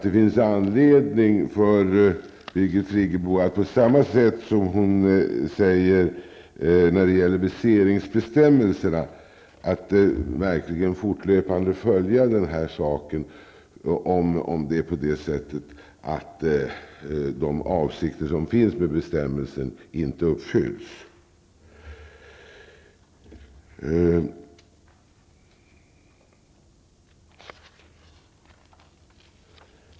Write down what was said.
Det finns anledning för Birgit Friggebo att på samma sätt som när det gäller viseringsbestämmelserna fortlöpande följa upp om avsikten med bestämmelsen inte uppfylls.